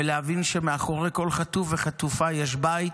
ולהבין שמאחורי כל חטוף וחטופה יש בית,